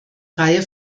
reihe